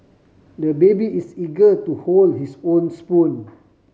the baby is eager to hold his own spoon